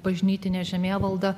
bažnytinė žemėvalda